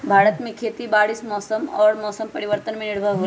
भारत में खेती बारिश और मौसम परिवर्तन पर निर्भर होयला